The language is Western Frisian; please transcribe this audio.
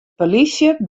polysje